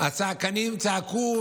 שהצעקנים צעקו: